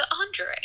Andre